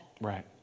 Right